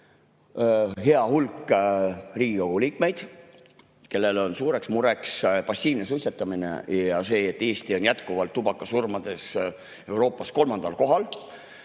hea hulk Riigikogu liikmeid, kelle jaoks on suureks mureks passiivne suitsetamine ja see, et Eesti on jätkuvalt tubakasurmade poolest Euroopas kolmandal kohal,